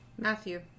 Matthew